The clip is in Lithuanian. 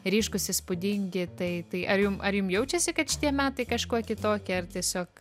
ryškūs įspūdingi tai tai ar jum ar jum jaučiasi kad šitie metai kažkuo kitokie ar tiesiog